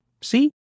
See